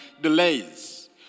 delays